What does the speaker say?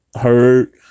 heard